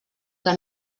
que